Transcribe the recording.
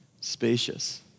Spacious